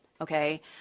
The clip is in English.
okay